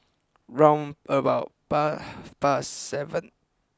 round about par fast seven